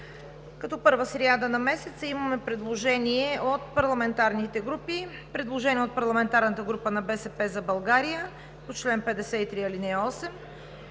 Като първа сряда на месеца имаме предложение от парламентарните групи. Предложение от парламентарната група на „БСП за България“ по чл. 53, ал. 8